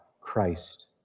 Christ